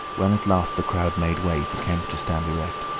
when at last the crowd made way for kemp to stand erect,